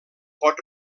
pot